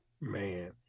Man